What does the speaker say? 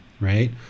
right